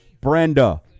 Brenda